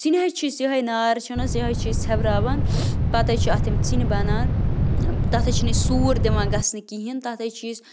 ژِنہِ حظ چھِ أسۍ یِہوٚے نار چھِنہٕ حظ یِہوٚے چھِ أسۍ ژھٮ۪وراوان پَتہٕ حظ چھِ اَتھ یِم ژِنہِ بَنان تَتھ حظ چھِنہٕ أسۍ سوٗر دِوان گژھنہٕ کِہیٖنۍ تَتھ حظ چھِ أسۍ